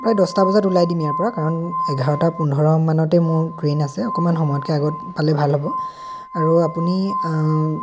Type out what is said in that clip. প্ৰায় দহটা বজাত ওলাই দিম ইয়াৰপৰা কাৰণ এঘাৰটা পোন্ধৰমানতে মোৰ ট্ৰেইন আছে অকণমান সময়তকৈ আগত পালে ভাল হ'ব আৰু আপুনি